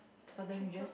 Southern Ridges